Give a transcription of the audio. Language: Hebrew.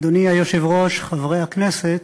אדוני היושב-ראש, חברי הכנסת,